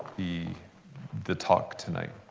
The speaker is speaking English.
the the talk tonight.